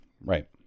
right